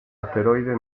asteroide